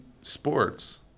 sports